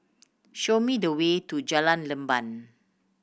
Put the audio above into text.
show me the way to Jalan Leban